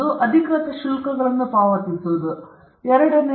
ಅಧಿಕೃತ ಶುಲ್ಕಗಳನ್ನು ಪಾವತಿಸಿ 2